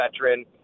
veteran